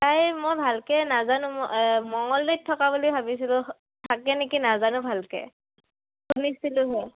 তাই মই ভালকে নাজানো মঙলদৈত থকা বুলি ভাবিছিলোঁ থাকে নেকি নাজানোঁ ভালকে শুনিছিলোঁহে